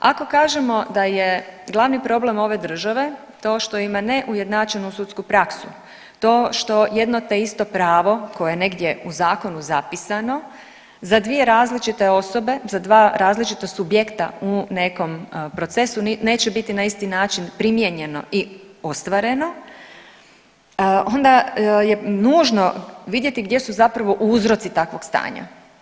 Ako kažemo da je glavni problem ove države to što ima neujednačenu sudsku praksu, to što jedno te isto pravo koje negdje u zakonu zapisano za dvije različite osobe, za dva različita subjekta u nekom procesu neće biti na isti način primijenjeno i ostvareno onda je nužno vidjeti gdje su zapravo uzroci takvog stanja.